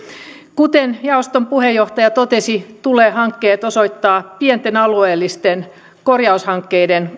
kuten jaoston puheenjohtaja totesi tulee hankkeet osoittaa pienten alueellisten korjaushankkeiden